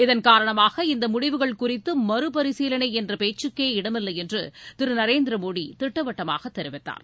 இதன் காரணமாக இந்த முடிவுகள் குறித்து மறுபரிசீலனை என்ற பேச்சுக்கே இடமில்லை என்று திரு நரேந்திர மோடி திட்டவட்டமாக தெரிவித்தார்